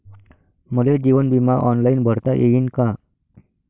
मले जीवन बिमा ऑनलाईन भरता येईन का?